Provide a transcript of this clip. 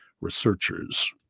researchers